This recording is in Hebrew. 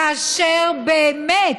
כאשר באמת,